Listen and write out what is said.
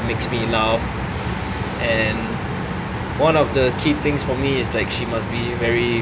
makes me laugh and one of the key things for me is that she must be very